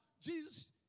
Jesus